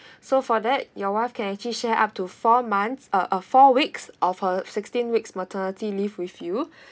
so for that your wife can actually share up to four months uh uh four weeks of her sixteen weeks maternity leave with you